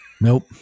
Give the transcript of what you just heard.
Nope